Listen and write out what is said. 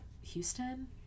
Houston